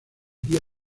día